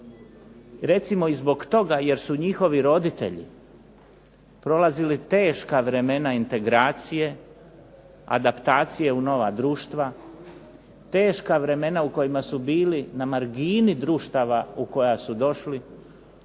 recimo i zbog toga jer su njihovi roditelji prolazili teška vremena integracije, adaptacije u nova društva, teška vremena u kojima su bili na margini društava u koja su došli,